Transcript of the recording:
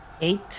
Eight